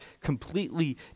completely